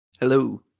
Hello